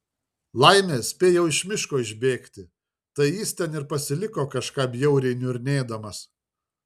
laimė spėjau iš miško išbėgti tai jis ten ir pasiliko kažką bjauriai niurnėdamas